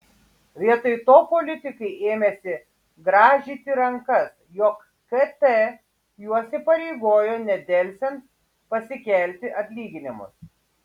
vietoj to politikai ėmėsi grąžyti rankas jog kt juos įpareigojo nedelsiant pasikelti atlyginimus